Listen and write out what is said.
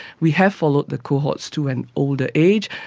we have followed the cohorts to an older age,